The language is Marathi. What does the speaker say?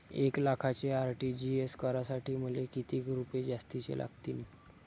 एक लाखाचे आर.टी.जी.एस करासाठी मले कितीक रुपये जास्तीचे लागतीनं?